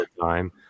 time